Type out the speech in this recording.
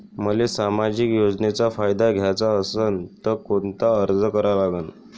मले सामाजिक योजनेचा फायदा घ्याचा असन त कोनता अर्ज करा लागन?